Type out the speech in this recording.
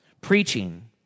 Preaching